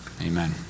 Amen